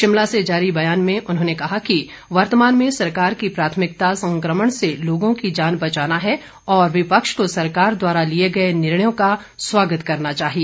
शिमला से जारी बयान में उन्होंने कहा कि वर्तमान में सरकार की प्राथमिकता संकमण से लोगों की जान बचाना है और विपक्ष को सरकार द्वारा लिए गए निर्णयों का स्वागत करना चाहिए